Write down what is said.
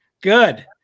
Good